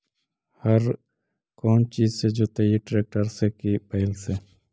हर कौन चीज से जोतइयै टरेकटर से कि बैल से?